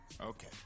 Okay